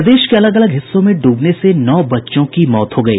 प्रदेश के अलग अलग हिस्सों में डूबने से नौ बच्चों की मौत हो गयी